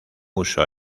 uso